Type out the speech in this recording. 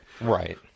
right